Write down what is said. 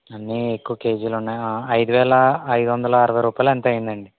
అన్నీ ఎక్కువ కేజీలు ఉన్నాయి ఐదు వేల అయిదొందల అరవై రూపాయిలు ఎంతో అయ్యిందండి